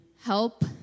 Help